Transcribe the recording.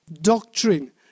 Doctrine